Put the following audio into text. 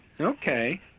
Okay